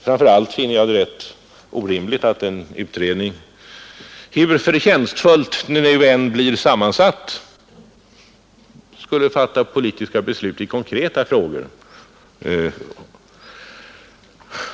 Framför allt finner jag det rätt orimligt att en utredning, hur förtjänstfullt den än blir sammansatt, skulle fatta politiska beslut i konkreta frågor.